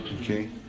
Okay